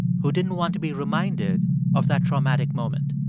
who didn't want to be reminded of that traumatic moment.